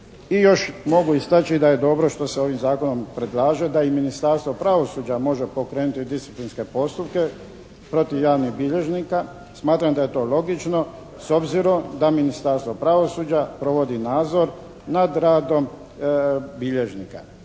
I još mogu istaći da je dobro što se ovim zakonom predlaže da i Ministarstvo pravosuđa može pokrenuti disciplinske postupke protiv javnih bilježnika. Smatram da je to logično s obzirom da Ministarstvo pravosuđa provodi nadzor nad radom bilježnika.